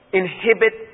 inhibit